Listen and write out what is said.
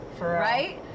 right